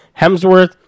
Hemsworth